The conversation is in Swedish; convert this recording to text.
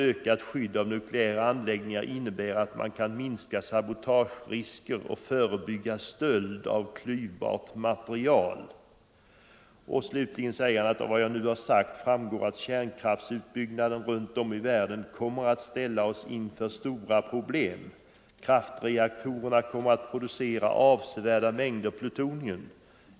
Ökat skydd av nukleära anläggningar innebär att man kan minska sabotagerisker och förebygga stöld av klyvbara mate = Nr 127 rial.” Fredagen den Slutligen sade utrikesministern: ”Av vad jag nu har sagt framgår att 22 november 1974 kärnkraftsutbyggnaden runt om i världen kommer att ställa oss inför I stora problem. Kraftreaktorerna kommer att producera avsevärda mäng Ang. säkerhetsoch der plutonium.